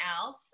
else